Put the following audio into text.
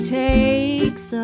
takes